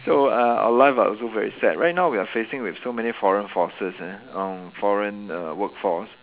so uh our life are also very sad right now we are facing with so many foreign forces ah um foreign uh workforce